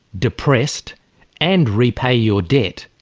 depressed and repay your debt,